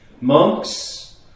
Monks